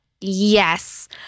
Yes